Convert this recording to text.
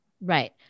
Right